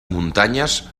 muntanyes